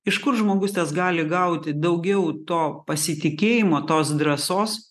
iš kur žmogus gali gauti daugiau to pasitikėjimo tos drąsos